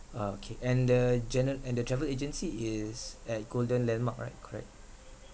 ah okay and the general and the travel agency is at golden landmark right correct